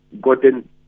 gotten